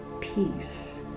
peace